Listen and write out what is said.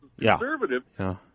conservative